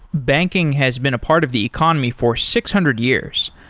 banking has been a part of the economy for six hundred years,